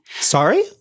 Sorry